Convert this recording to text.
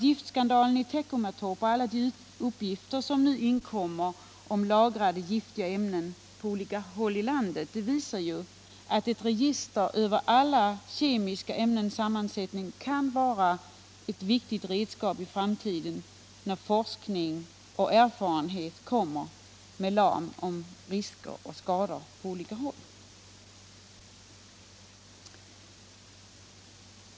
Giftskandalen i Teckomatorp, och alla de uppgifter som nu inkommer om lagrade giftiga ämnen på = Nr 7 olika håll, visar att ett register över alla kemiska ämnens sammansättning kan vara ett viktigt redskap i framtiden när forskning och erfarenhet kommer med larm om risker och skador.